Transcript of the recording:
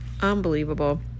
unbelievable